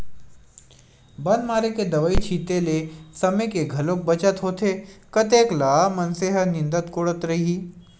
बन मारे के दवई छिते ले समे के घलोक बचत होथे कतेक ल मनसे ह निंदत कोड़त रइही